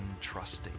untrusting